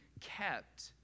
kept